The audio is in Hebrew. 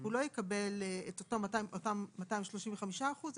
הוא לא יקבל את אותם 235 אחוזים,